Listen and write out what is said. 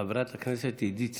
חברת הכנסת עידית סילמן,